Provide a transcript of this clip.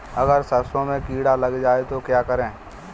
अगर सरसों में कीड़ा लग जाए तो क्या करें?